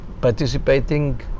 participating